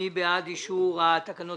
מי בעד אישור התקנות?